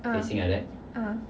uh uh